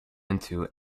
into